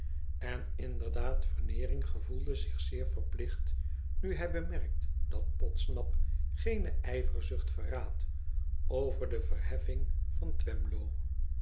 n inderdaad veneering gevoelde zich zeer verlicht nu hij bemerkt dat podsnap geene ijverzucht verraadt over de verheffing van twemlow